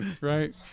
right